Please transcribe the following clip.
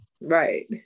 Right